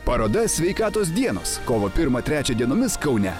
paroda sveikatos dienos kovo pirmą trečią dienomis kaune